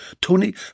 Tony